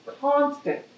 constant